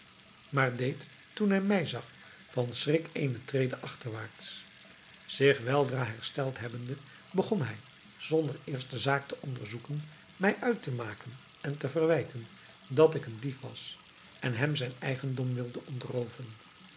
maar deed toen hij mij zag van schrik eene trede achterwaarts zich weldra hersteld hebbende begon hij zonder eerst de zaak te onderzoeken mij uit te maken en te verwijten dat ik een dief was en hem zijn eigendom wilde